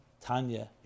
Tanya